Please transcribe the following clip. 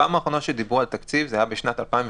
פעם אחרונה שדיברו על תקציב היה ב-2018.